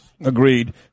agreed